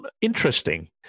interesting